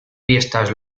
fiestas